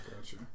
gotcha